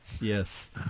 Yes